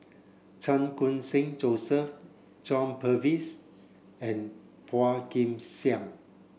Chan Khun Sing Joseph John Purvis and Phua Kin Siang